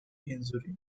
injury